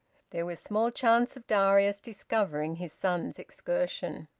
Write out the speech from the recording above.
there was small chance of darius discovering his son's excursion.